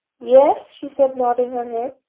yes, she said, nodding her head.